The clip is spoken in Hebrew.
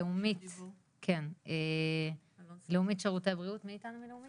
לאומית שירותי בריאות, כן מי איתנו מלאומית?